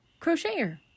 crocheter